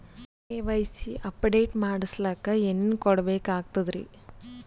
KYC update ಮಾಡಸ್ಲಕ ಏನೇನ ಕೊಡಬೇಕಾಗ್ತದ್ರಿ?